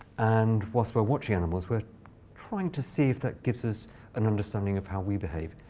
and whilst we're watching animals, we're trying to see if that gives us an understanding of how we behave.